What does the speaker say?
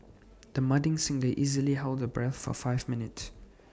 the budding singer easily held her breath for five minutes